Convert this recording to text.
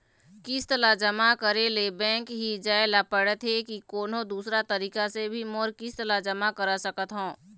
किस्त ला जमा करे ले बैंक ही जाए ला पड़ते कि कोन्हो दूसरा तरीका से भी मोर किस्त ला जमा करा सकत हो?